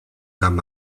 camp